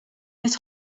het